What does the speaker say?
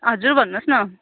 हजुर भन्नुहोस् न